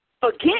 Forget